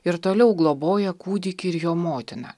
ir toliau globoja kūdikį ir jo motiną